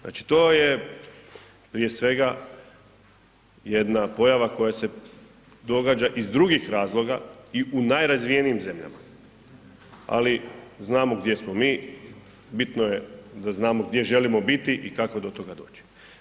Znači to, prije svega jedna pojava koja se događa iz drugih razloga i u najrazvijenijim zemljama, ali znamo gdje smo mi, bitno je da znamo gdje želimo biti i kako do toga doći.